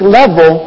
level